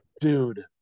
dude